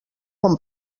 com